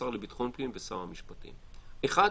השר לביטחון הפנים ושר המשפטים: אחד,